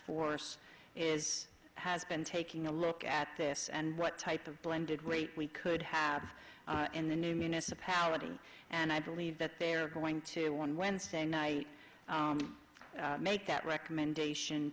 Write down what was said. force is has been taking a look at this and what type of blended rate we could have in the new municipality and i believe that they are going to one wednesday night make that recommendation